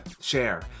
share